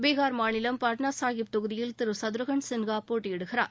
பீகார் மாநிலம் பாட்னாசாஹிப் தொகுதியில் திரு சத்ருஹன் சின்ஹா போட்டியிடுகிறார்